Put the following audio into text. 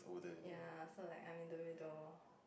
ya so like I'm in the middle